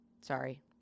sorry